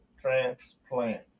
transplant